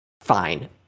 fine